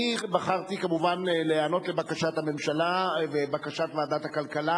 אני בחרתי כמובן להיענות לבקשת הממשלה ולבקשת ועדת הכלכלה